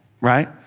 right